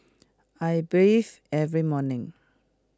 I bathe every morning